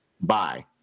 bye